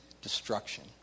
destruction